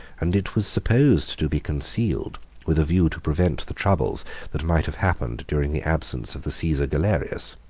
and it was supposed to be concealed with a view to prevent the troubles that might have happened during the absence of the caesar galerius.